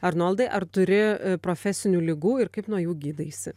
arnoldai ar turi profesinių ligų ir kaip nuo jų gydaisi